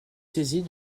saisie